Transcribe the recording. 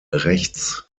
rechts